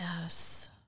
Yes